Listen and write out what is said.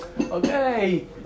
okay